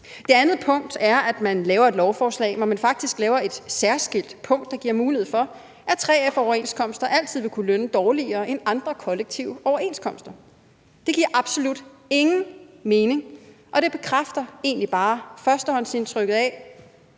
Det andet punkt er, at man laver et lovforslag, hvor man faktisk laver et særskilt punkt, der giver mulighed for, at 3F-overenskomster altid vil kunne lønne dårligere end andre kollektive overenskomster. Det giver absolut ingen mening, og det bekræfter egentlig bare førstehåndsindtrykket af,